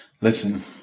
Listen